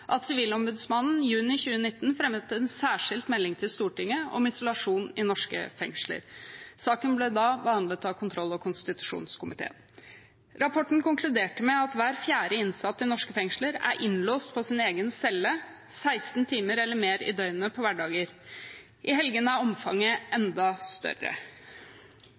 at Sivilombudsmannen juni 2019 fremmet en særskilt melding til Stortinget om isolasjon i norske fengsler. Saken ble da behandlet av kontroll- og konstitusjonskomiteen. Rapporten konkluderte med at hver fjerde innsatt i norske fengsler er innlåst på sin egen celle 16 timer eller mer i døgnet på hverdager. I helgene er omfanget enda større.